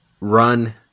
run